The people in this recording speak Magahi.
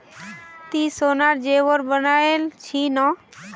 ती सोनार जेवर बनइल छि न